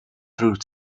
through